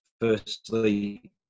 Firstly